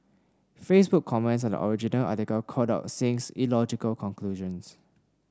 Facebook comments on the original article called out Singh's illogical conclusions